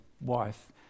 wife